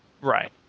right